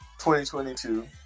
2022